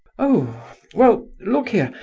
oh well, look here,